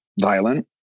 violent